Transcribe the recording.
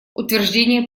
утверждение